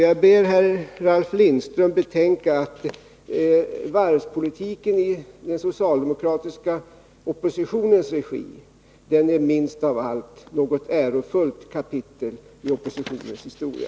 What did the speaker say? Jag ber här Ralf Lindström betänka att varvspolitiken i den socialdemokratiska oppositionens regi minst av allt är något ärofullt kapitel i oppositionens historia.